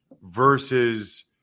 versus